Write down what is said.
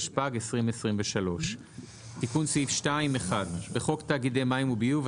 התשפ"ג 2023 תיקון סעיף 21.בחוק תאגידי מים וביוב,